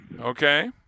Okay